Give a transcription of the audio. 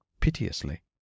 piteously